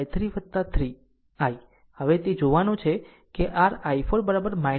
હવે એ જોવાનું છે કેr i4 I